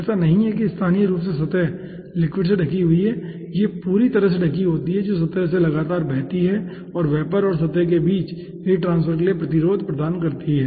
ऐसा नहीं है कि स्थानीय रूप से सतह लिक्विड से ढकी होती है यह पूरी तरह से ढकी होती है जो सतह से लगातार बहती है और वेपर और सतह के बीच हीट ट्रांसफर के लिए प्रतिरोध प्रदान करती है